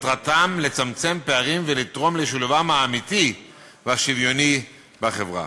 מטרתם לצמצם פערים ולתרום לשילובם האמיתי והשוויוני בחברה.